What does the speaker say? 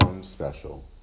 special